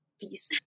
Peace